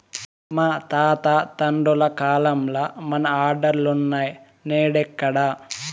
మా తాత తండ్రుల కాలంల మన ఆర్డర్లులున్నై, నేడెక్కడ